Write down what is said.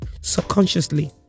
subconsciously